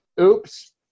Oops